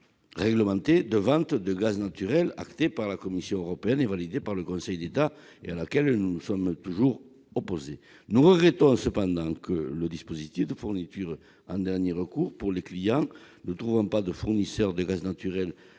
réglementés de vente de gaz naturel actée par la Commission européenne, validée par le Conseil d'État et à laquelle nous nous sommes toujours opposés. Nous regrettons cependant que le dispositif de fourniture en dernier recours pour les clients ne trouvant pas de fournisseur de gaz naturel